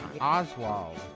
Oswald